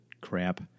crap